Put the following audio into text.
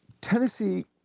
Tennessee